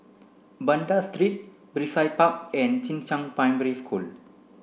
Banda Street Brizay Park and Jing Shan Primary School